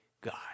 God